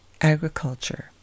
agriculture